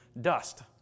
dust